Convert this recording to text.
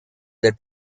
del